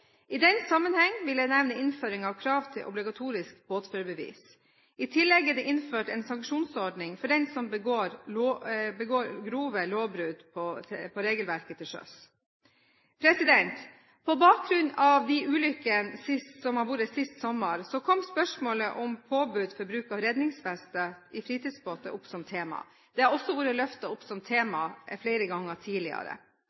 I den sammenheng vil jeg nevne innføring av krav til obligatorisk båtførerbevis. I tillegg er det innført en sanksjonsordning for den som begår grove brudd på regelverket til sjøs. På bakgrunn av ulykkene sist sommer kom spørsmålet om påbud om bruk av redningsvest i fritidsbåter opp som tema. Det har også vært løftet opp som